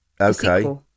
Okay